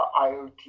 iot